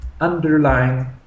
underlying